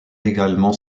également